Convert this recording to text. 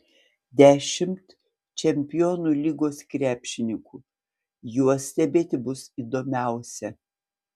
dešimt čempionų lygos krepšininkų juos stebėti bus įdomiausia